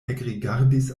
ekrigardis